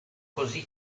così